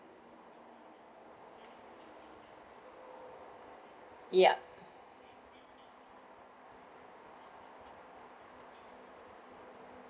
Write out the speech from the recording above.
yup